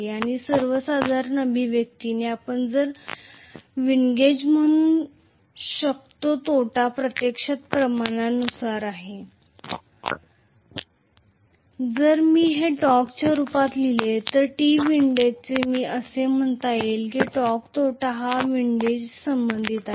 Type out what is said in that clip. आणि सर्वसाधारणपणे अभिव्यक्तीने आपण विंडगेज म्हणू शकतो तोटा प्रत्यक्षात प्रमाणानुसार आहे जर मी हे टॉर्कच्या रूपात लिहिले तर T विंडिजचे मी असे म्हणतो आहे की टॉर्कचा तोटा हा विंडिज संबंधित आहे